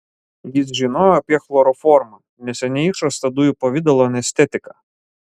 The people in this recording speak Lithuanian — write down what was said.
jis žinojo apie chloroformą neseniai išrastą dujų pavidalo anestetiką